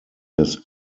his